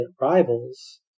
Rivals